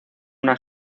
una